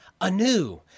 anew